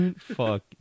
Fuck